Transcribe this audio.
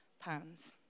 pounds